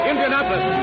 Indianapolis